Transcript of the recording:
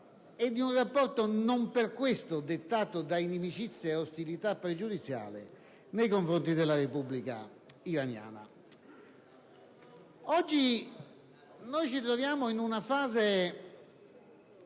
un rapporto non per questo dettato da inimicizie e ostilità pregiudiziali nei confronti della Repubblica iraniana. Oggi ci troviamo in una fase